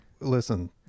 listen